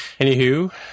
Anywho